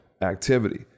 activity